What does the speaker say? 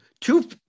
two